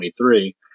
2023